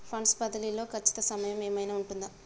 Funds బదిలీ లో ఖచ్చిత సమయం ఏమైనా ఉంటుందా?